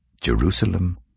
Jerusalem